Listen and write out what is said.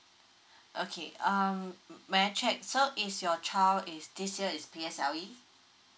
okay um may I check so is your child is